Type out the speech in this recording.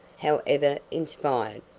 however inspired.